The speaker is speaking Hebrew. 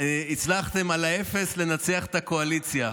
שהצלחתם על האפס לנצח את הקואליציה.